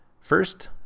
First